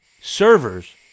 servers